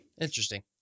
Interesting